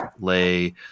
lay